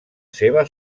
seva